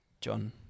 John